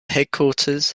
headquarters